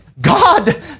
God